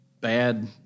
bad